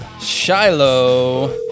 Shiloh